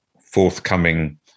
forthcoming